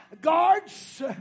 guards